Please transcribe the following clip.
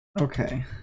Okay